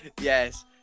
Yes